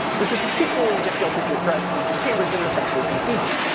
this is particularly difficult if your grad student's in cambridge and the sensor's in fiji.